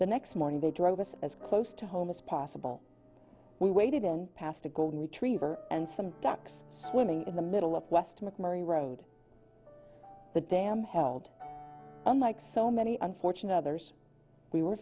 the next morning they drove us as close to home as possible we waited in past a golden retriever and some ducks swimming in the middle of west mcmurry road the dam held unlike so many unfortunate others we were